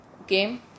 Okay